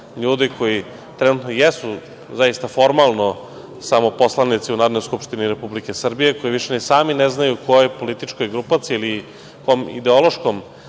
ljudi koji trenutno jesu zaista formalno samo poslanici u Narodnoj skupštini Republike Srbije, koji više ni sami ne znaju kojoj političkoj grupaciji ili kom ideološkom